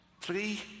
three